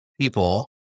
people